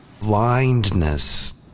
blindness